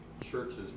churches